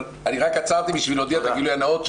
אבל רק עצרתי כדי להודיע את הגילוי הנאות,